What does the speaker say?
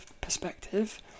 perspective